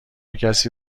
کسی